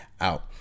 out